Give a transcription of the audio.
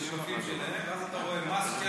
שם אתה רואה מס,